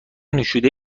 نوشیده